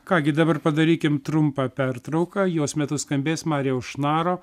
ką gi dabar padarykim trumpą pertrauką jos metu skambės marijaus šnaro